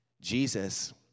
Jesus